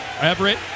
Everett